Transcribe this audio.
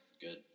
Good